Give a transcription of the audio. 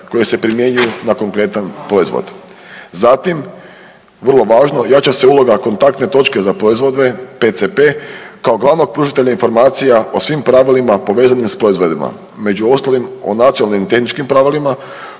koji se primjenjuju na konkretan proizvod. Zatim, vrlo važno, jača se uloga kontaktne točke za proizvode PCP kao glavnog pružitelja informacija o svim pravilima povezanim s proizvodima. Među ostalim o nacionalnim i tehničkim pravilima